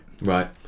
right